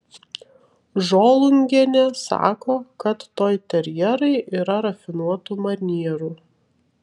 žolungienė sako kad toiterjerai yra rafinuotų manierų